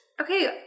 Okay